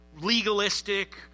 legalistic